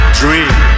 dream